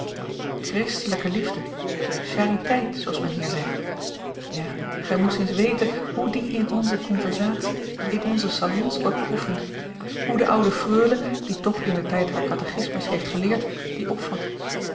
christelijke liefde chariteit zooals men hier zegt ja gij moest eens weten hoe die in onze conversatie in onze salons wordt beoefend hoe de oude freule die toch indertijd haar catechismus heeft geleerd die opvat